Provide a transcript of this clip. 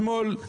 בשמאל,